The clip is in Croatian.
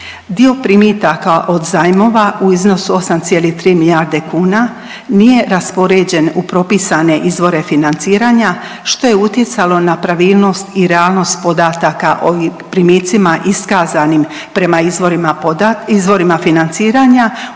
Dio primitaka od zajmova u iznosu 8,3 milijarde kuna nije raspoređen u propisane izvore financiranja, što je utjecalo na pravilnost i realnost podataka o primicima iskazanim prema izvorima financiranja,